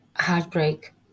heartbreak